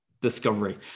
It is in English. discovery